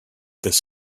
this